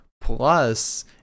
plus